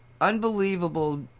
unbelievable